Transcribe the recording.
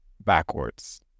Backwards